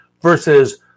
versus